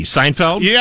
Seinfeld